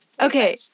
Okay